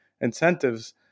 incentives